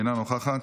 אינה נוכחת,